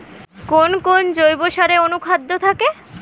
কোন কোন জৈব সারে অনুখাদ্য থাকে?